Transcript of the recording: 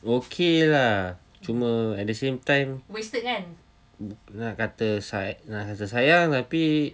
okay lah cuma at the same time nak kata sa~ nak kata sayang tapi